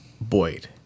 Boyd